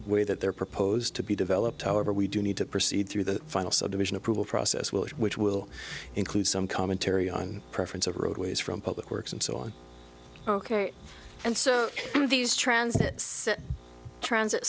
way that they're proposed to be developed however we do need to proceed through the final subdivision approval process well which will include some commentary on preference of roadways from public works and so on ok and so these transits transit